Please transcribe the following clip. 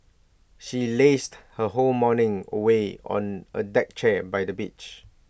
she lazed her whole morning away on A deck chair by the beach